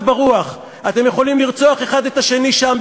בין היתר, אחד הטיעונים היה,